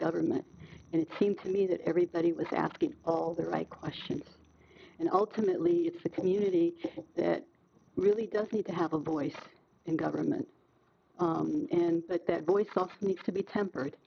government and it seemed to me that everybody was asking all the right questions and ultimately it's a community that really does need to have a voice in government and that that voice off needs to be tempered